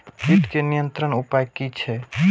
कीटके नियंत्रण उपाय कि छै?